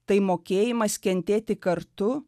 tai mokėjimas kentėti kartu